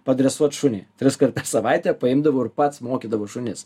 padresuot šunį triskart per savaitę paimdavau ir pats mokydavau šunis